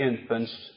infants